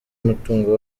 mutungo